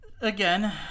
Again